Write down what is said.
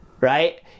right